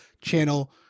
channel